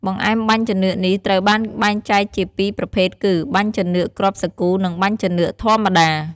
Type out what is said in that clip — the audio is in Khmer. បង្អែមបាញ់ចានឿកនេះត្រូវបានបែកចែកជាពីរប្រភេទគឺ បាញ់ចានឿកគ្រាប់សាគូ និងបាញ់ចានឿកធម្មតា។